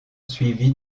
suivi